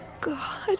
God